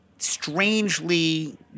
strangely